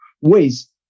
ways